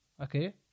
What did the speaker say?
Okay